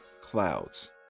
Clouds